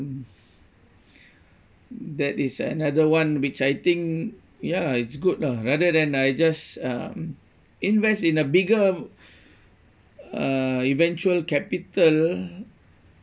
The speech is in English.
that is another one which I think ya it's good lah rather than I just um invest in a bigger uh eventual capital